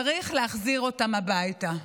צריך להחזיר אותם הביתה.